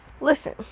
listen